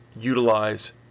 utilize